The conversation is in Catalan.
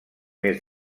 més